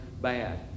bad